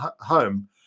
home